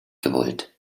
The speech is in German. gewollt